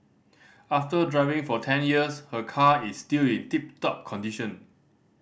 after driving for ten years her car is still in tip top condition